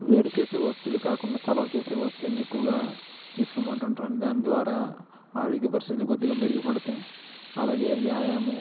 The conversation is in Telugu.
వేడి చేసే వస్తువులు కాకుండా చలవ చేసే వస్తువులని ఎక్కువగా తీసుకోమంటు ఉంటారండి దాని ద్వారా ఆరోగ్య పరిస్థితిలో కొద్దిగా మెరుగుపడతాయి అలాగే వ్యాయామం